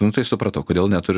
nu tai supratau kodėl neturi